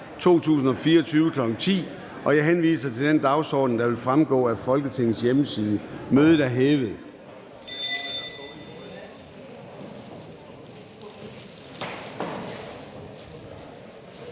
2024, kl. 10.00. Jeg henviser til den dagsorden, der vil fremgå af Folketingets hjemmeside. Mødet er hævet.